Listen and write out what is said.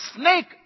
snake